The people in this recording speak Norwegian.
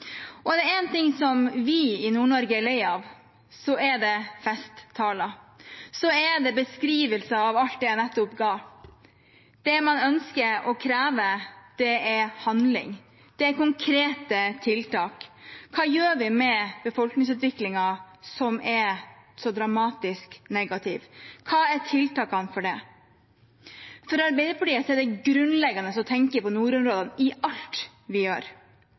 Er det en ting vi i Nord-Norge er lei av, er det festtaler og beskrivelser av alt det jeg nettopp sa. Det man ønsker og krever, er handling. Det er konkrete tiltak. Hva gjør vi med befolkningsutviklingen, som er så dramatisk negativ? Hva er tiltakene for det? For Arbeiderpartiet er det grunnleggende å tenke på nordområdene i alt vi gjør.